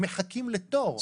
הם מחכים לתור.